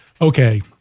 Okay